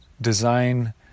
design